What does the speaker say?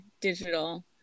digital